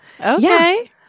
Okay